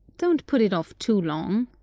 don't put it off too long,